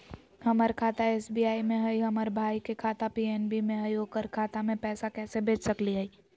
हमर खाता एस.बी.आई में हई, हमर भाई के खाता पी.एन.बी में हई, ओकर खाता में पैसा कैसे भेज सकली हई?